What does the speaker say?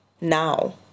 now